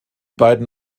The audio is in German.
beiden